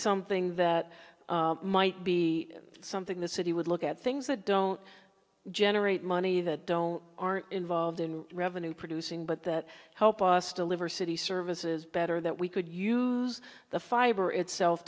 something that might be something the city would look at things that don't generate money that don't aren't involved in revenue producing but that help us deliver city services better that we could use the fiber itself